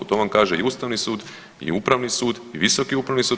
To vam kaže i Ustavni sud i Upravni sud i Visoki upravni sud.